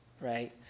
right